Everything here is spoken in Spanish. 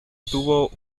tuvo